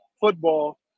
football